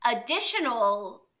additional